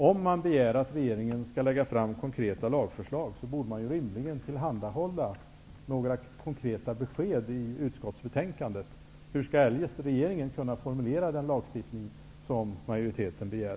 Om man begär att regeringen skall lägga fram konkreta lagförslag borde man rimligen tillhandahålla några konkreta besked i utskottsbetänkandet, hur skall eljest regeringen kunna formulera den lagstiftning som majoriteten begär?